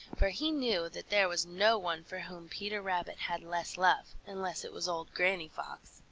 for he knew that there was no one for whom peter rabbit had less love, unless it was old granny fox.